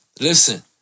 listen